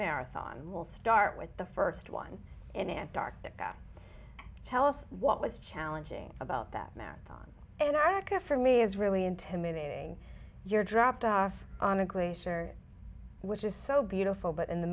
marathon we'll start with the first one in antarctica tell us what was challenging about that marathon and i guess for me is really intimidating you're dropped off on a glacier which is so beautiful but in the